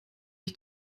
ich